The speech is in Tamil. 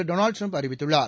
டொனால்டு டிரம்ப் அறிவித்துள்ளார்